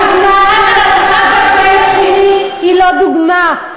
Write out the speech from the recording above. הדוגמה של המרכז הבין-תחומי היא לא דוגמה.